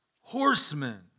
horsemen